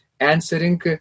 answering